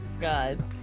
God